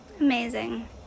Amazing